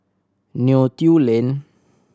Neo Tiew Lane